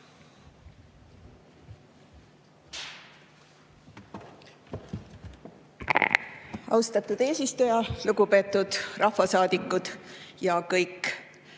Austatud eesistuja! Lugupeetud rahvasaadikud ja kõik